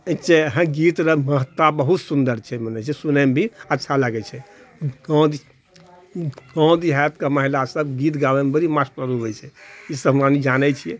गीत रऽ महत्ता बहुत सुन्दर छै मने जे सुनैमे भी अच्छा लागै छै आओर गाँव देहातके महिला सब गीत गाबैमे बड़ी मास्टरनी होइ छै ई सब हमे जानै छी